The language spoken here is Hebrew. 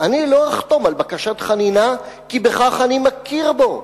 אני לא אחתום על בקשת חנינה, כי בכך אני מכיר בו,